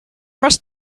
must